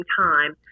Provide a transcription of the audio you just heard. time